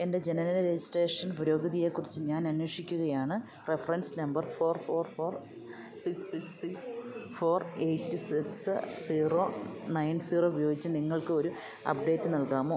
എൻ്റെ ജനനന രജിസ്ട്രേഷൻ പുരോഗതിയെ കുറിച്ച് ഞാൻ അന്വേഷിക്കുകയാണ് reference number four four four six six six four eight six zero nine zero ഉപയോഗിച്ചു നിങ്ങൾക്ക് ഒരു അപ്ഡേറ്റ് നൽകാമോ